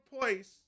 place